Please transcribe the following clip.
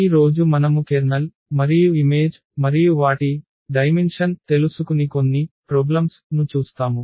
ఈ రోజు మనము కెర్నల్ మరియు ఇమేజ్ మరియు వాటి పరిమాణం తెలుసుకుని కొన్ని సమస్యల ను చూస్తాము